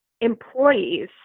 employees